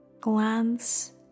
Glance